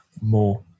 more